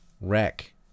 wreck